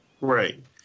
Right